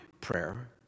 prayer